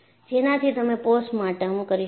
જેનાથી તમે પોસ્ટમોર્ટમ કરી શકો